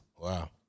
Wow